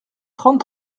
trente